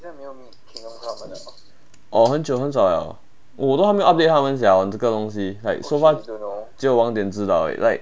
orh 很久很早 liao 我都还没有 update 他们 sia 我这个东西 like so far 只有 wang dian 知道而已